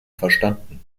verstanden